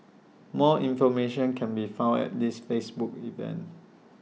more information can be found at this Facebook event